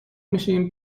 میشیم